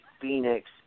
Phoenix